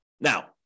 Now